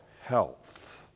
health